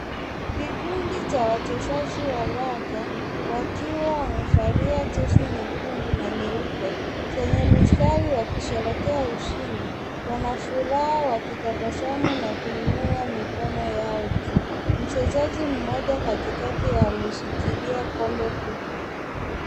Kikundi cha wachezaji wa raga, wakiwa wamevalia jezi nyekundu na nyeupe, zenye mistari wakisherehekea ushindi. Wana furaha wakitabasamu na kuinua mikono yao juu. Mchezaji mmoja katikati ameshikilia kombe kubwa.